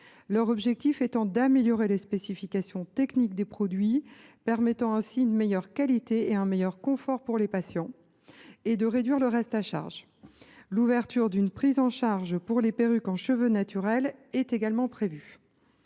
Leur objectif est d’améliorer les spécifications techniques des produits permettant ainsi une meilleure qualité et un meilleur confort pour les patients. Il est également de réduire le reste à charge. L’ouverture d’une prise en charge pour les perruques en cheveux naturels est ainsi prévue.